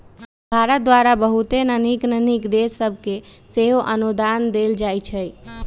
भारत द्वारा बहुते नन्हकि नन्हकि देश सभके सेहो अनुदान देल जाइ छइ